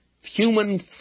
Human